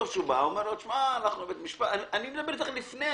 אני מדבר איתך עוד לפני.